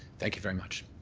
thank you very much.